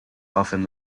often